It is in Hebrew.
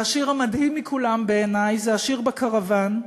והשיר המדהים מכולם בעיני זה השיר "בקרוון",